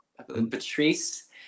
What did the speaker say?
patrice